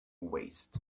waist